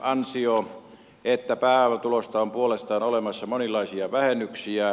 ansio ja pääomatuloista on puolestaan olemassa monenlaisia vähennyksiä